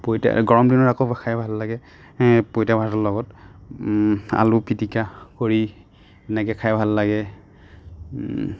পইতা গৰম দিনত আকৌ খাই ভাল লাগে পইতা ভাতৰ লগত আলু পিটিকা কৰি সেনেকে খাই ভাল লাগে